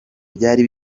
byari